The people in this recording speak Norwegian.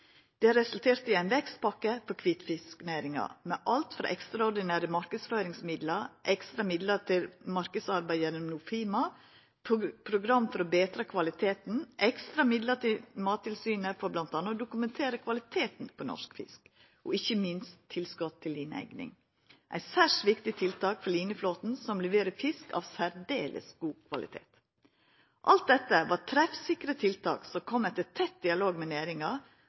i Europa. Det resulterte i ein vekstpakke for kvitfisknæringa, med alt frå ekstraordinære marknadsføringsmidlar, ekstra midlar til marknadsarbeid gjennom Nofima, program for å betre kvaliteten, ekstra midlar til Mattilsynet for bl.a. å dokumentera kvaliteten på norsk fisk og ikkje minst tilskot til lineegning, som er eit særs viktig tiltak for lineflåten, som leverer fisk av særdeles god kvalitet. Alt dette var treffsikre tiltak som kom etter tett dialog med næringa,